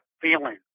feeling